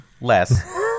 less